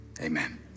amen